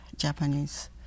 Japanese